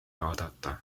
vaadata